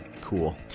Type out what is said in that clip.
cool